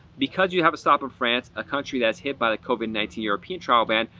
because you have a stop in france, a country that's hit by the covid nineteen european travel ban,